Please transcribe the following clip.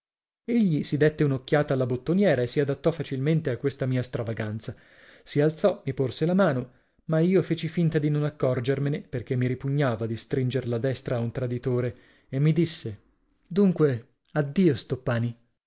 guanto egli si dètte un'occhiata alla bottoniera e si adattò facilmente a questa mia stravaganza si alzò mi porse la mano ma io feci finta di non accorgermene perché mi ripugnava di stringer la destra di un traditore e mi disse dunque addio stoppani